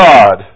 God